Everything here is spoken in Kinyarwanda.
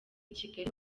kigali